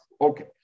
Okay